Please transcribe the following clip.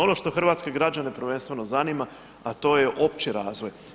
Ono što hrvatske građane prvenstveno zanima, a to je opći razvoj.